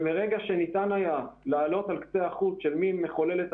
ומרגע שניתן היה לעלות על קצה החוט של המחוללים,